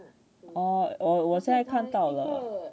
orh 我现在看到了